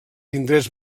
indrets